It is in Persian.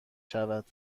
شود